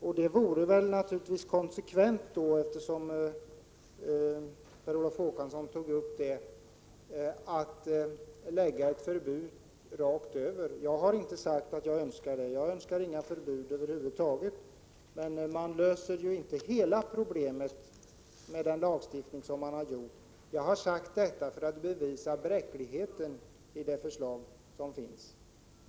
Jag vill, eftersom Per Olof Håkansson tog upp det, säga att det naturligtvis vore konsekvent med ett förbud rakt över, men jag har inte sagt att jag önskar det. Jag önskar inga förbud över huvud taget, och man löser inte hela problemet med den lagstiftning som regeringen har utarbetat. Jag har uttryckt mig på det sätt som jag har gjort, för att bevisa bräckligheten i det förslag som föreligger.